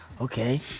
okay